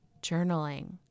journaling